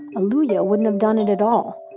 a luyha wouldn't have done it at all.